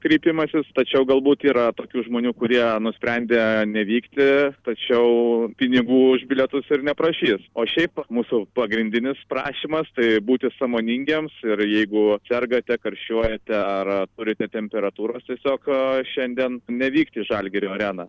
kreipimasis tačiau galbūt yra tokių žmonių kurie nusprendė nevykti tačiau pinigų už bilietus ir neprašys o šiaip mūsų pagrindinis prašymas tai būti sąmoningiems ir jeigu sergate karščiuojate ar turite temperatūros tiesiog šiandien nevykti į žalgirio areną